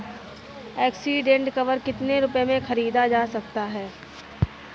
Accident cover कितने रुपए में खरीदा जा सकता है?